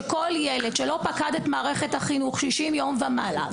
כך שכל ילד שלא פקד את מערכת החינוך במשך 60 יום ומעלה,